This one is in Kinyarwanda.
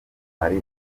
mali